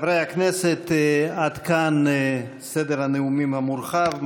חברי הכנסת, עד כאן סדר הנאומים המורחב.